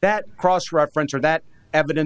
that cross reference or that evidence